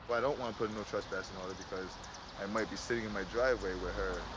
i don't want to put no trespassing on her because i might be sitting in my driveway with her.